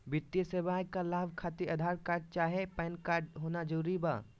वित्तीय सेवाएं का लाभ खातिर आधार कार्ड चाहे पैन कार्ड होना जरूरी बा?